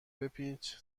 بپیچ